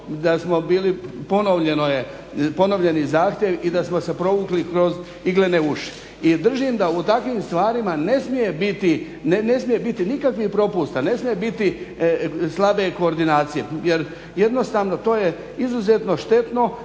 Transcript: da smo bili ponovljeni zahtjev i da smo se provukli kroz iglene uši. I držim da u takvim stvarima ne smije biti nikakvih propusta, ne smije biti slabe koordinacije jer jednostavno to je izuzetno štetno